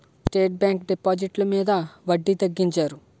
state Bank డిపాజిట్లు మీద వడ్డీ తగ్గించారు